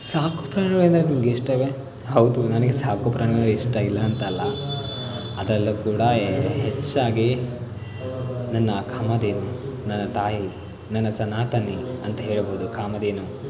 ಸಾಕುಪ್ರಾಣಿಗಳೆಂದರೆ ನಿಮಗೆ ಇಷ್ಟವೇ ಹೌದು ನನಗೆ ಸಾಕುಪ್ರಾಣಿಗಳು ಇಷ್ಟ ಇಲ್ಲ ಅಂತ ಅಲ್ಲ ಅದರಲ್ಲೂ ಕೂಡ ಹೆಚ್ಚಾಗಿ ನನ್ನ ಕಾಮಧೇನು ನನ್ನ ತಾಯಿ ನನ್ನ ಸನಾತನಿ ಅಂತ ಹೇಳ್ಬೋದು ಕಾಮಧೇನು